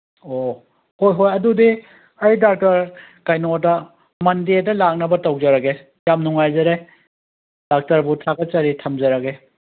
ꯑꯣ ꯍꯣꯏ ꯍꯣꯏ ꯑꯗꯨꯗꯤ ꯑꯩ ꯗꯥꯛꯇꯔ ꯀꯩꯅꯣꯗ ꯃꯟꯗꯦꯗ ꯂꯥꯛꯅꯕ ꯇꯧꯖꯔꯒꯦ ꯌꯥꯝ ꯅꯨꯡꯉꯥꯏꯖꯔꯦ ꯗꯥꯛꯇꯔꯕꯨ ꯊꯥꯒꯠꯆꯔꯤ ꯊꯝꯖꯔꯒꯦ